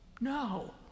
No